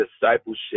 discipleship